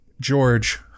George